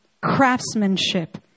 craftsmanship